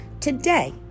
today